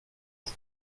get